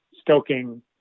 stoking